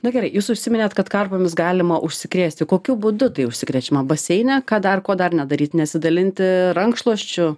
na gerai jūs užsiminėt kad karpomis galima užsikrėsti kokiu būdu tai užsikrečiama baseine ką dar ko dar nedaryt nesidalinti rankšluosčiu